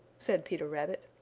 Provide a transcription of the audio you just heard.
said peter rabbit.